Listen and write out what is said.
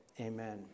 amen